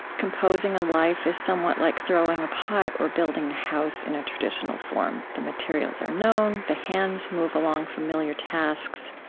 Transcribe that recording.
composing a life is somewhat like throwing a pot or building a house in a traditional form the materials are known, the hands move along familiar tasks,